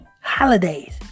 holidays